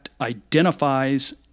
identifies